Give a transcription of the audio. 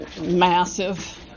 massive